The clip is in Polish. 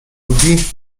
lubi